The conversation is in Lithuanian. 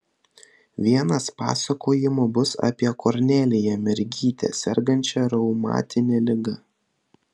vienas pasakojimų bus apie korneliją mergytę sergančią reumatine liga